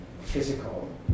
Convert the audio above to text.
physical